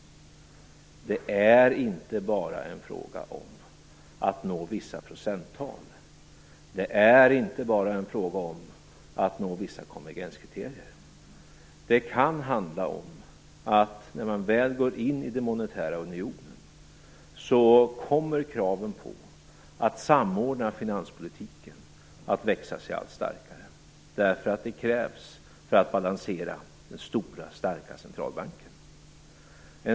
Det är inte bara en fråga om att nå vissa procenttal. Det är inte bara en fråga om att nå vissa konvergenskriterier. Det kan handla om att när man väl går in i den monetära unionen kommer kraven på att samordna finanspolitiken att växa sig allt starkare, därför att detta krävs för att balansera den stora, starka centralbanken.